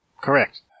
Correct